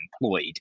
employed